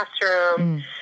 classroom